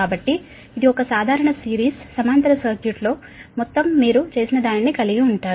కాబట్టి ఇది ఒక సాధారణ సిరీస్ సమాంతర సర్క్యూట్ లో మొత్తం మీరు చేసినదానిని కలిగి ఉంటారు